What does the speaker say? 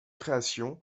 création